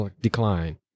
decline